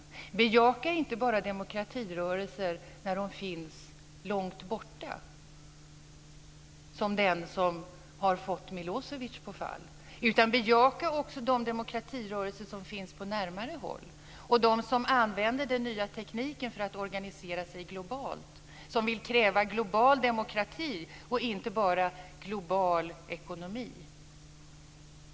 Bejaka inte bara demokratirörelser när de finns långt borta, som den som har fått Milosevic på fall, utan bejaka också de demokratirörelser som finns på närmare håll och de som använder den nya tekniken för att organisera sig globalt, som vill kräva global demokrati och inte bara global ekonomi.